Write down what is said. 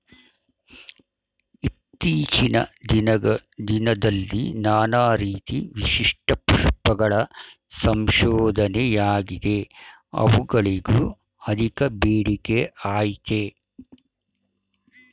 ಇತ್ತೀಚಿನ ದಿನದಲ್ಲಿ ನಾನಾ ರೀತಿ ವಿಶಿಷ್ಟ ಪುಷ್ಪಗಳ ಸಂಶೋಧನೆಯಾಗಿದೆ ಅವುಗಳಿಗೂ ಅಧಿಕ ಬೇಡಿಕೆಅಯ್ತೆ